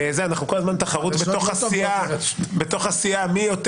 אנחנו כל הזמן בתחרות בתוך הסיעה מי יותר